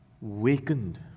wakened